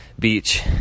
beach